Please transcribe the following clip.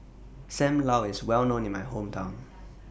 SAM Lau IS Well known in My Hometown